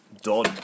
done